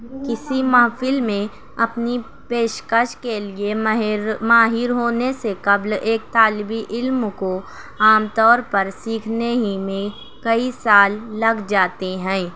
کسی محفل میں اپنی پیشکش کے لئے ماہر ہونے سے قبل ایک طالب علم کو عام طور پر سیکھنے ہی میں کئی سال لگ جاتے ہیں